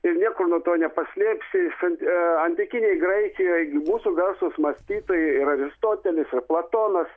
ir niekur nuo to nepaslėpsi antikinėj graikijoj mūsų garsūs mąstytojai ir aristotelis ir platonas